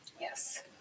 Yes